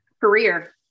career